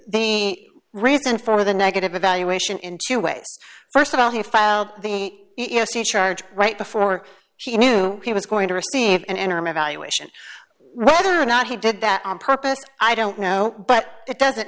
the reason for the negative evaluation in two ways st of all he filed the u s c charge right before she knew he was going to receive an interim evaluation whether or not he did that on purpose i don't know but it doesn't